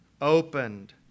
opened